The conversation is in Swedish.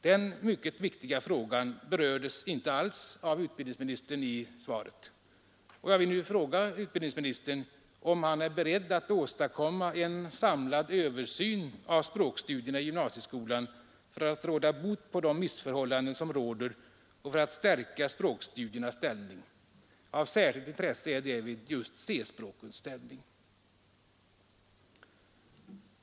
Den mycket viktiga frågan berördes inte alls i interpellationssvaret. Jag vill nu fråga utbildningsministern om han är beredd att åstadkomma en samlad översyn av språkstudierna i gymnasieskolan för att råda bot på de missförhållanden som råder och för att stärka språkstudiernas ställning. Av särskilt intresse är därvid just C-språkens ställning.